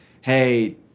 hey